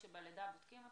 קורה שבלידה בודקים אותן,